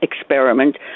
experiment